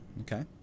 Okay